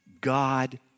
God